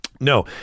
No